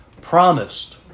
Promised